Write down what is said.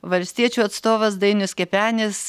valstiečių atstovas dainius kepenis